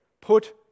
put